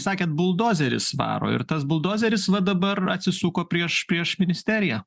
sakėt buldozeris varo ir tas buldozeris va dabar atsisuko prieš prieš ministeriją